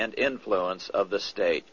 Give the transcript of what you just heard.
and influence of the state